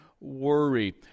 worry